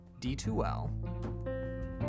D2L